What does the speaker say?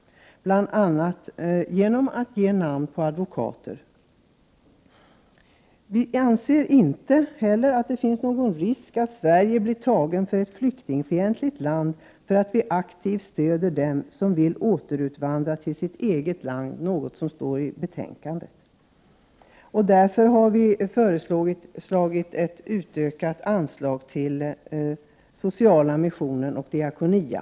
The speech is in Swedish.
Bl.a. kan de förmedla namn på advokater. Vidare anser vi att det inte finns någon risk för att Sverige betraktas som ett flyktingfientligt land bara därför att vi aktivt stöder dem som vill återvandra till sitt eget land — en fråga som också tas upp i betänkandet. Vi har föreslagit ett utökat anslag till Sociala missionen/Diakonia.